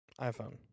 iPhone